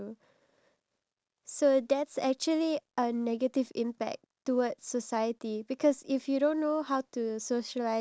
they feel more comf~ uh comfortable doing that because the technology itself the phone or the tablet itself